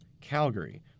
Calgary